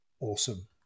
awesome